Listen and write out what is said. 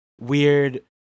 weird